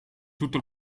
tutto